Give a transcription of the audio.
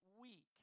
week